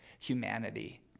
humanity